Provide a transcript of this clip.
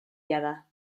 jada